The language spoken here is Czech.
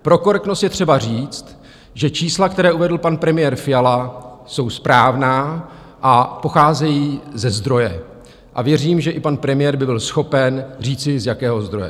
Pro korektnost je třeba říct, že čísla, která uvedl pan premiér Fiala, jsou správná a pocházejí ze zdroje, a věřím, že i pan premiér by byl schopen říci, z jakého zdroje.